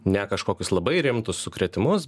ne kažkokius labai rimtus sukrėtimus